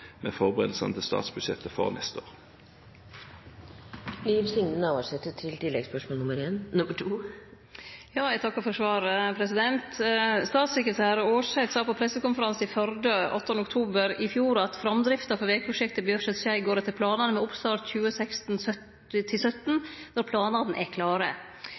med forberedelsene til statsbudsjettet for neste år. Eg takkar for svaret. Statssekretær Aarseth sa på ein pressekonferanse i Førde 8. oktober i fjor at framdrifta for vegprosjektet Bjørset–Skei går etter planane med oppstart i 2016/2017, når planane er klare.